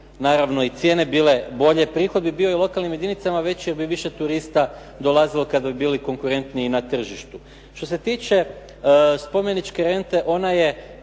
naravno i cijene bile bolje, prihod bi bio i lokalnim jedinicama veći jer bi više turista dolazilo kad bi bili konkurentni na tržištu. Što se tiče spomeničke rente ona je